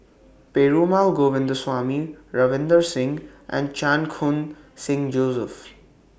Perumal Govindaswamy Ravinder Singh and Chan Khun Sing Joseph